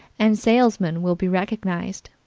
and salesmen, will be recognized.